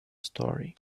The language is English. story